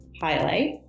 highlight